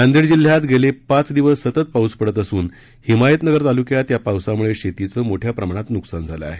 नांदेड जिल्ह्यात गेले पाच दिवस सतत पाऊस पडत असून हिमायतनगर ताल्क्यात या पावसाम्ळे शेतीचं मोठ्या प्रमाणात न्कसान झालं आहे